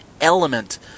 element